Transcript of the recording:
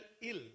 ill